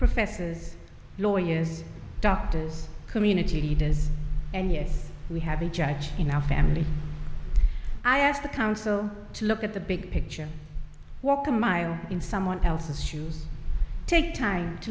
professors lawyers doctors community leaders and yes we have a judge in our family i ask the counsel to look at the big picture walk a mile in someone else's shoes take time to